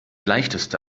leichteste